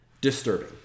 disturbing